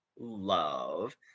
love